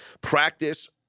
practice